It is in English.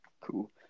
Cool